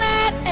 Let